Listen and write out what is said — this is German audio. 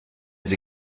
sie